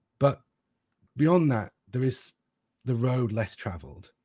but beyond that, there is the road less travelled.